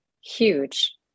huge